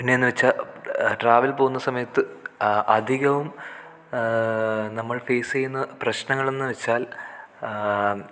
പിന്നെയെന്നു വെച്ചാൽ ട്രാവൽ പോകുന്ന സമയത്ത് അധികവും നമ്മൾ ഫേസ് ചെയ്യുന്ന പ്രശ്നങ്ങളെന്നു വെച്ചാൽ